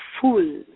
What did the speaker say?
full